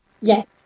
Yes